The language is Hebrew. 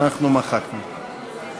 אנחנו מחקנו אותו.